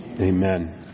Amen